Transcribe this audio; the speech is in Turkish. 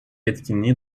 etkinliği